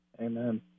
Amen